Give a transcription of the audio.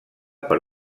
per